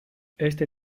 este